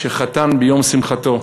כשחתן ביום שמחתו,